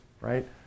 right